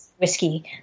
whiskey